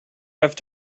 have